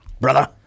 Brother